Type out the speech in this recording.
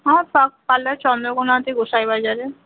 হ্যাঁ পার্লার চন্দ্রকোণাতে গোঁসাইবাজারে